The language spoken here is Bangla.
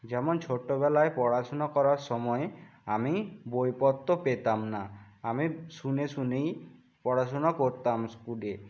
যেমন ছোট্টবেলায় পড়াশুনা করার সময়ে আমি বইপত্র পেতাম না আমি শুনে শুনেই পড়াশুনা করতাম স্কুলে